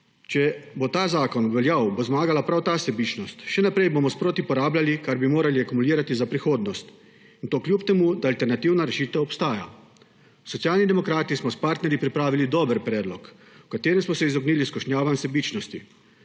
Če bo ta zakon obveljal, bo zmagala prav ta sebičnost, še naprej bomo sproti porabljali, kar bi morali akumulirati za prihodnost, in to kljub temu, da alternativna rešitev obstaja. Socialni demokrati smo s partnerji pripravili dober predlog, v katerem smo se izognili skušnjavam sebičnosti.